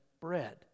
bread